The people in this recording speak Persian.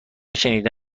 شنیده